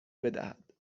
بدهد